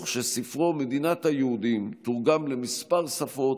בעוד ספרו "מדינת היהודים" תורגם לכמה שפות